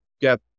get